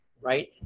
right